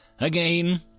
Again